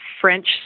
French